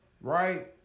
right